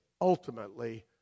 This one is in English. ultimately